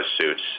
suits